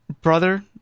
brother